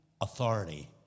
authority